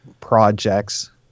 projects